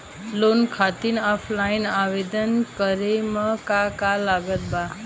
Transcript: Loan खातिर offline आवेदन करे म का का लागत बा?